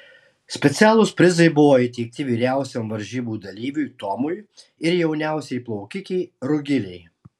specialūs prizai buvo įteikti vyriausiam varžybų dalyviui tomui ir jauniausiai plaukikei rugilei